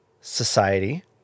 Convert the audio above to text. society